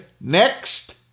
Next